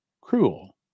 cruel